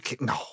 no